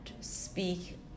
speak